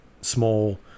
Small